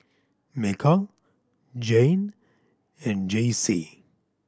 Mikal Jayne and Jaycee